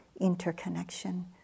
interconnection